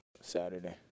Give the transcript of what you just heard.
Saturday